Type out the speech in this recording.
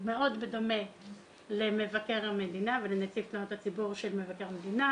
מאוד בדומה למבקר המדינה ולנציב תלונות הציבור של מבקר המדינה.